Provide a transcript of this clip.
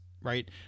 right